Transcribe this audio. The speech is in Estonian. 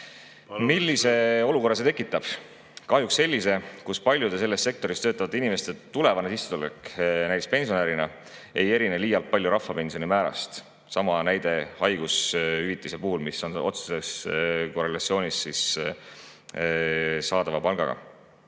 annab.)Millise olukorra see tekitab? Kahjuks sellise, kus paljude selles sektoris töötavate inimeste tulevane sissetulek näiteks pensionärina ei erine liialt palju rahvapensioni määrast. Sama näide haigushüvitise puhul, mis on otseses korrelatsioonis saadava palgaga.